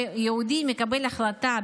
כשיהודי מקבל החלטה,